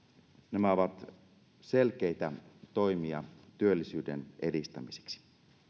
nämä ovat selkeitä toimia työllisyyden edistämiseksi